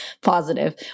positive